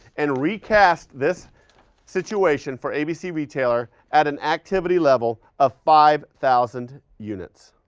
and recast this situation for abc retailer, at an activity level of five thousand units.